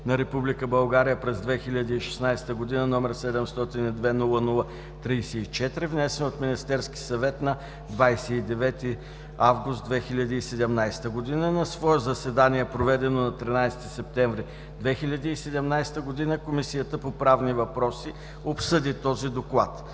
България през 2016 г., № 702-00-34, внесен от Министерския съвет на 29 август 2017 г. На свое заседание, проведено на 13 септември 2017 г., Комисията по правни въпроси обсъди този Доклад.